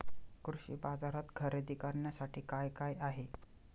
कृषी बाजारात खरेदी करण्यासाठी काय काय आहे?